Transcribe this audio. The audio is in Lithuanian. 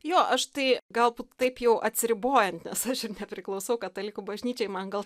jo aš tai galbūt taip jau atsiribojant nes aš ir nepriklausau katalikų bažnyčiai man gal